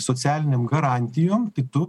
socialinėm garantijom tai tu